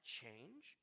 change